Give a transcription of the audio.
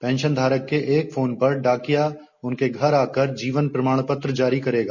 पेंशनधारक के एक फोन पर डाकिया उनके घर आकर जीवन प्रमाणपत्र जारी करेगा